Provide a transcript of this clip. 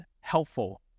helpful